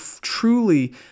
truly